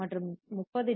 மற்றும் 30 டி